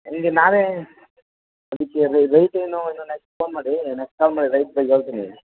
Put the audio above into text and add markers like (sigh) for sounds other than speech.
ಈಗ ನಾವೇ (unintelligible) ಇದು ನೆಕ್ಸ್ಟ್ ಫೋನ್ ಮಾಡಿ ನೆಕ್ಸ್ಟ್ ಕಾಲ್ ಮಾಡಿ ರೇಟ್ ಬಗ್ಗೆ ಹೇಳ್ತೀನಿ